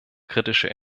kritische